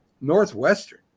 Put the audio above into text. northwestern